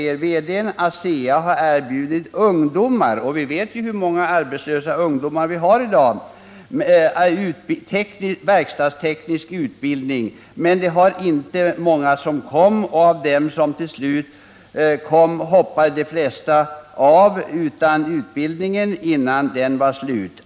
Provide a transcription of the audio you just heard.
Han sade att ASEA hade erbjudit ungdomar — och vi vet ju hur många arbetslösa ungdomar det finns i dag — verkstadsteknisk utbildning, men det var inte många som kom, och av dem som till slut kom hoppade de flesta av utbildningen innan den var färdig.